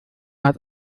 hat